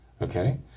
Okay